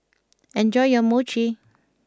enjoy your Mochi